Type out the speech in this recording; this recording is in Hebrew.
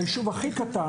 ביישוב הכי קטן,